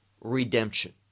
redemption